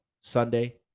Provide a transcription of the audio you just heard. Sunday